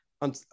on